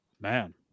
Man